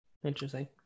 Interesting